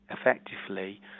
effectively